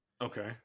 okay